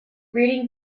reading